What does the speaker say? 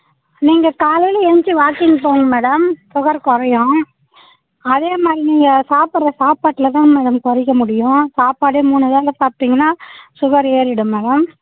நீங்கள் காலையில் எழுந்திச்சி வாக்கிங் போகங்க மேடம் சுகர் குறையும் அதே மாதிரி நீங்கள் சாப்பிட்ற சாப்பாட்டில் தான் மேடம் குறைக்க முடியும் சாப்பாடே மூணு வேளை சாப்பிட்டிங்கனா சுகர் ஏறிவிடும் மேடம்